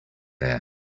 there